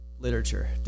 Literature